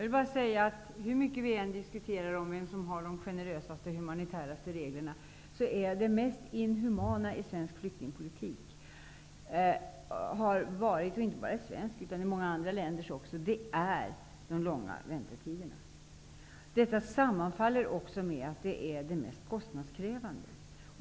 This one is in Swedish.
Vi kan diskutera mycket om vilka som har de mest humanitära och mest generösa reglerna. Men det mest inhumana i inte bara svensk flyktingpolitik utan också i många andra länders flyktingpolitik är de långa väntetiderna. Detta sammanfaller också med att det är det mest kostnadskrävande.